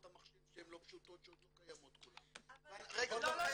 המחשב שהן לא פשוטות שעוד לא קיימות כולן -- לא,